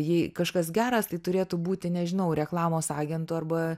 jei kažkas geras tai turėtų būti nežinau reklamos agentu arba